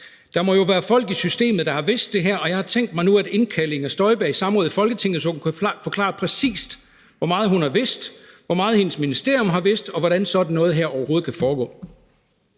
»Der må jo være folk i systemet, der har vidst det her, og jeg har tænkt mig nu at indkalde Inger Støjberg i samråd i Folketinget, så hun kan forklare præcis, hvor meget hun har vidst, hvor meget hendes ministerium har vidst, og hvordan sådan noget her overhovedet kan foregå?«